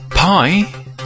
Pi